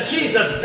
Jesus